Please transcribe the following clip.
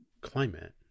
climate